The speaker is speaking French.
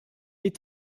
est